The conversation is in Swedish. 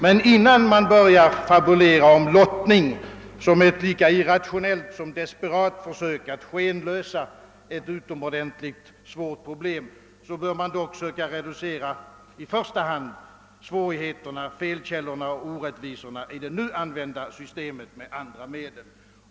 Men innan man börjar fabulera om lottning, som är ett lika irrationellt som desperat försök att skenlösa ett utomordentligt svårt problem, bör man dock i första hand söka reducera svårigheterna, felkällorna och orättvisorna i det nu använda systemet med andra medel.